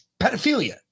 pedophilia